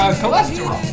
cholesterol